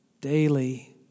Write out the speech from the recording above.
daily